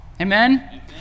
Amen